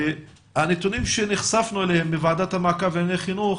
הנתונים שנחשפנו אליהם בוועדת המעקב לענייני חינוך,